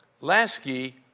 Lasky